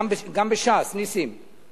גם בש"ס, נסים?